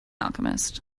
alchemist